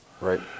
Right